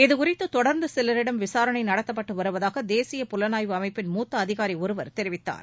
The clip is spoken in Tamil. இது குறித்து தொடர்ந்து சிவரிடம் விசாரணை நடத்தப்பட்டு வருவதாக தேசிய புலனாய்வு அமைப்பின் மூத்த அதிகாரி ஒருவர் தெரிவித்தார்